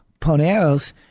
poneros